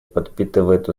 подпитывает